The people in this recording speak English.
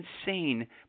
insane